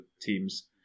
teams